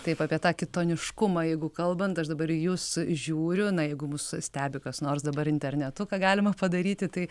taip apie tą kitoniškumą jeigu kalbant aš dabar į jus žiūriu na jeigu mus stebi kas nors dabar internetu ką galima padaryti tai